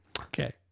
Okay